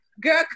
Girl